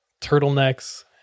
turtlenecks